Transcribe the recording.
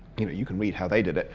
you know you can read how they did,